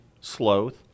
sloth